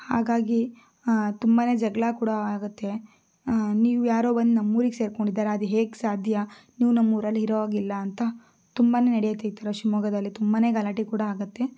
ಹಾಗಾಗಿ ತುಂಬ ಜಗಳ ಕೂಡ ಆಗತ್ತೆ ನೀವು ಯಾರೋ ಬಂದು ನಮ್ಮೂರಿಗೆ ಸೇರ್ಕೊಂಡಿದ್ದಾರೆ ಅದು ಹೇಗೆ ಸಾಧ್ಯ ನೀವು ನಮ್ಮೂರಲ್ಲಿ ಇರೋ ಹಾಗಿಲ್ಲ ಅಂತ ತುಂಬ ನಡಿಯತ್ತೆ ಈ ಥರ ಶಿವಮೊಗ್ಗದಲ್ಲಿ ತುಂಬ ಗಲಾಟೆ ಕೂಡ ಆಗತ್ತೆ